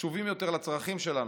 קשובים יותר לצרכים שלנו,